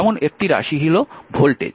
যেমন একটি রাশি হিসাবে ভোল্টেজ